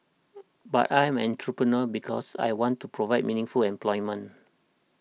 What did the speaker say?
but I'm an entrepreneur because I want to provide meaningful employment